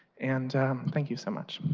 and thank you so much.